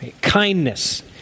Kindness